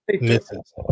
misses